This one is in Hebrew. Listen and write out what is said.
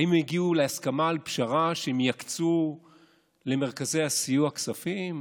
האם הגיעו להסכמה על פשרה שהם יקצו למרכזי הסיוע כספים?